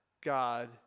God